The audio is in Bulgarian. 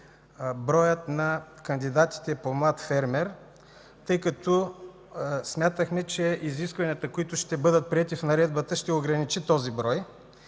броят на кандидатите по „млад фермер”, тъй като смятахме, че изискванията, които ще бъдат приети в наредбата, ще ограничи този брой.